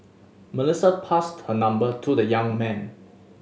Melissa passed her number to the young man